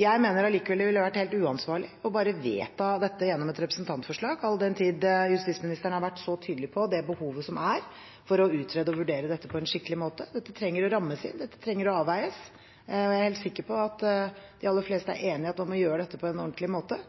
Jeg mener allikevel det ville vært helt uansvarlig bare å vedta dette gjennom et representantforslag, all den tid justisministeren har vært så tydelig på det behovet som er for å utrede og vurdere dette på en skikkelig måte. Dette trenger å rammes inn, dette trenger å avveies. Jeg er helt sikker på at de aller fleste er enig i at vi må gjøre dette på en ordentlig måte.